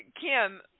Kim